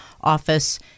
office